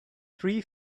three